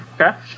Okay